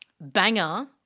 banger